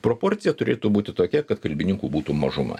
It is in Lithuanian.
proporcija turėtų būti tokia kad kalbininkų būtų mažuma